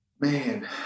Man